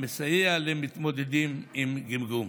המסייע למתמודדים עם גמגום.